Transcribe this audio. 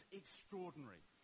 extraordinary